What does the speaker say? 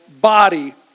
body